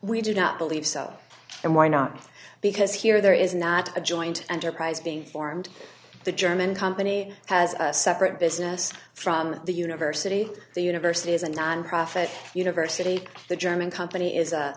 we do not believe so and why not because here there is not a joint enterprise being formed the german company has a separate business from the university the university is a nonprofit university the german company is